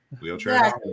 Wheelchair